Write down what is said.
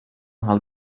how